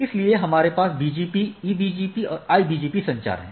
इसलिए हमारे पास BGP EBGP IBGP संचार है